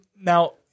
now